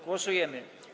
Głosujemy.